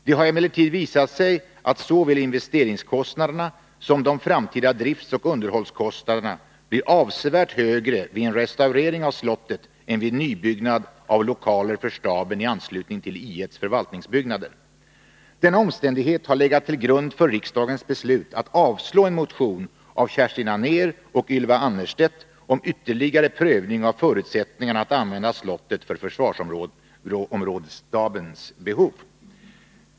Det har emellertid visat sig att såväl investeringskostnaderna som de framtida driftoch underhållskostnaderna blir avsevärt högre vid en restaurering av slottet än vid byggande av lokaler för staben i anslutning till I 1:s förvaltningsbyggnader. Denna omständighet har legat till grund för riksdagens beslut att avslå en motion av Kerstin Anér och Ylva Annerstedt om ytterligare prövning av förutsättningarna att använda slottet för försvarsområdesstabens behov.